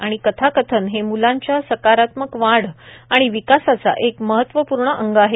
आणि कथाकथन हे म्लांच्या सकारात्मक वाढ आणि विकासाचा एक महत्वपूर्ण अंग आहे